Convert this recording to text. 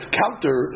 counter